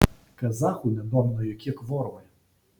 kazachų nedomino jokie kvorumai